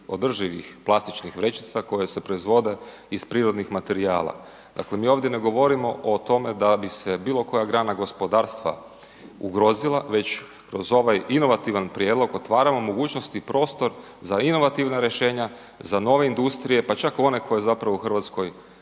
održivih plastičnih vrećica koje se proizvode iz prirodnih materijala. Dakle mi ovdje ne govorimo o tome da bi se bilokoja grana gospodarstva ugrozila već kroz ovaj inovativan prijedlog, otvaramo mogućnost i prostor za inovativna rješenja za nove industrije pa čak one koje zapravo u Hrvatskoj